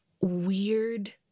weird